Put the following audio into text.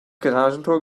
garagentor